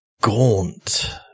gaunt